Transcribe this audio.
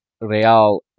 Real